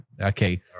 Okay